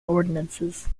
ordinances